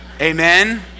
Amen